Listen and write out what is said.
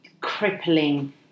crippling